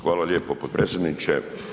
Hvala lijepo potpredsjedniče.